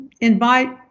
invite